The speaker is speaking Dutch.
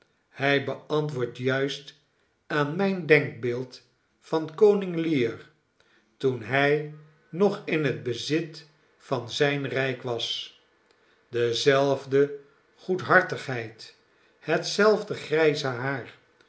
hij beantwoordt juist aan mijn denkbeeld van koning lear toen hij nog in het bezit van zijn rijk was dezelfde goedhartigheid hetzelfde grijze haar